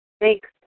Thanks